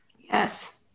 Yes